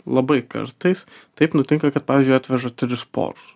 labai kartais taip nutinka kad pavyzdžiui atveža tris porus